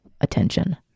attention